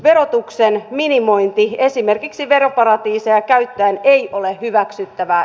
verotuksen minimointi esimerkiksi veroparatiiseja käyttäen ei ole hyväksyttävää